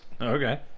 Okay